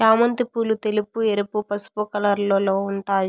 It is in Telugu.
చామంతి పూలు తెలుపు, ఎరుపు, పసుపు కలర్లలో ఉంటాయి